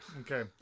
Okay